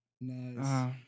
Nice